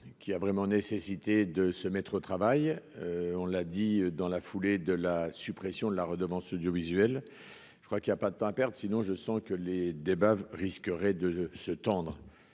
qui a vraiment nécessité de se mettre au travail, on l'a dit, dans la foulée de la suppression de la redevance audiovisuelle, je crois qu'il y a pas de temps à perdre sinon je sens que les débats risquerait de se tendre